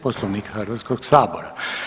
Poslovnika Hrvatskog sabora.